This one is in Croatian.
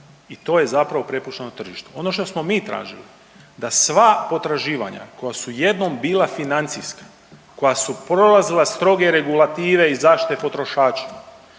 i to je zapravo prepušteno tržištu. Ono što smo mi tražili da sva potraživanja koja su jednom bila financijska, koja su prolazila stroge regulative i zaštite potrošača